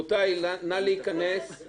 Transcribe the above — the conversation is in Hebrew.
ראשונה - הצעת חוק מעמדן של ההסתדרות הציונית העולמית